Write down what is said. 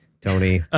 Tony